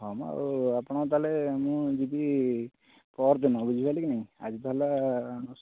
ହଁ ମ ଆଉ ଆପଣ ତା'ହେଲେ ମୁଁ ଯିବି ପହରଦିନ ବୁଝିପାରିଲେ କି ନାହିଁ ଆଜି ତ ହେଲା